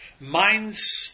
mind's